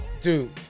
dude